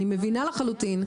אני מבינה לחלוטין.